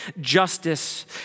justice